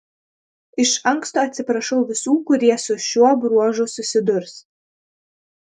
iš anksto atsiprašau visų kurie su šiuo bruožu susidurs